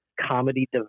comedy